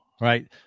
Right